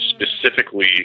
specifically